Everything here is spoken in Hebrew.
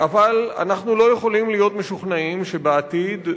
אבל אנחנו לא יכולים להיות משוכנעים שבעתיד,